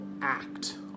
act